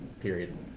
period